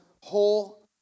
whole